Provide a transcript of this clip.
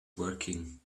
working